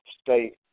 state